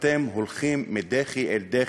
אתם הולכים מדחי אל דחי.